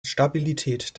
stabilität